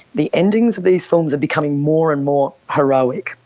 the endings of these films are becoming more and more heroic.